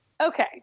Okay